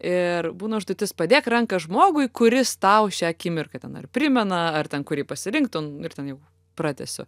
ir būna užduotis padėk ranką žmogui kuris tau šią akimirką ten ar primena ar ten kurį pasirinktum ir ten jau pratęsiu